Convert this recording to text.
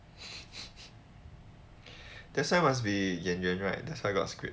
that's why must be 演员 right that's why got script